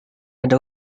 ada